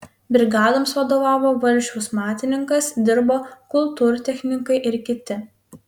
brigadoms vadovavo valsčiaus matininkas dirbo kultūrtechnikai ir kiti